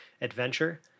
adventure